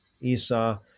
Esau